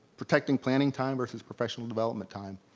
protecting planning time versus professional development time.